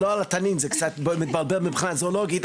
לא התנינים זה קצת מבלבל מבחינה זואולוגית,